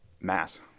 mass